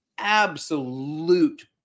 absolute